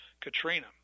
Katrina